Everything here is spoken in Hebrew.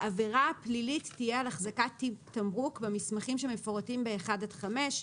העבירה הפלילית תהיה על החזקת תיק תמרוק במסמכים שמפורטים ב-(1) (5),